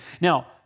Now